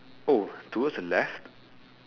oh towards the left